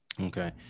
okay